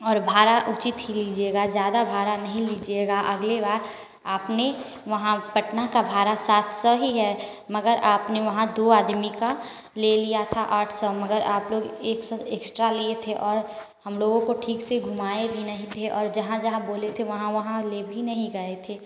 और भाड़ा उचित ही लीजिएगा ज्यादा भाड़ा नहीं लीजिएगा अगले बार आपने वहाँ पटना का भाड़ा सात सौ ही है मगर आपने वहाँ दो आदमी का ले लिया था आठ सौ मगर आप लोग एक सौ एक्स्ट्रा लिए थे और हम लोगों को ठीक से घुमाए भी नहीं थे और जहाँ जहाँ बोले थे वहाँ वहाँ ले भी नहीं गए थे